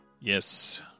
Yes